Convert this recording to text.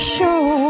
Show